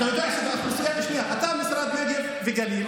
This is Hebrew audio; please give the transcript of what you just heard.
אתה משרד נגב וגליל,